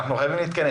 אנחנו לא במלחמה.